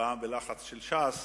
פעם בלחץ של ש"ס,